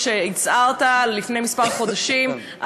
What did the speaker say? כשהצהרת לפני כמה חודשים,